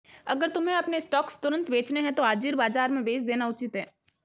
अगर तुम्हें अपने स्टॉक्स तुरंत बेचने हैं तो हाजिर बाजार में बेच देना उचित है